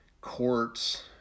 courts